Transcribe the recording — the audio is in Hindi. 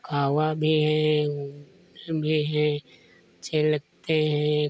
कौआ भी हैं वह भी हैं अच्छे लगते हैं